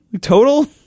Total